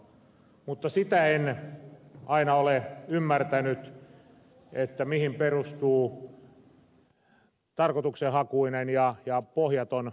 mutta sitä en aina ole ymmärtänyt että mihin perustuu tarkoituksenhakuinen ja pohjaton pelottelu